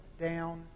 down